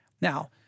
Now